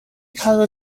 cargo